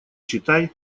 читай